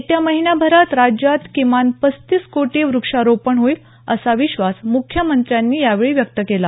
येत्या महिनाभरात राज्यात किमान पस्तीस कोटी वृक्षारोपण होईल असा विश्वास मुख्यमंत्र्यांनी यावेळी व्यक्त केला